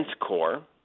core